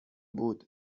بود